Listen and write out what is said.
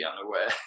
unaware